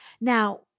Now